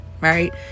right